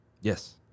Yes